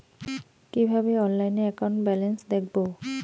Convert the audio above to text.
কিভাবে অনলাইনে account balance দেখবো?